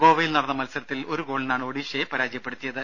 ഗോവയിൽ നടന്ന മത്സരത്തിൽ ഒരു ഗോളിനാണ് ഒഡീഷയെ പരാജയപ്പെടുത്തിയത്